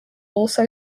also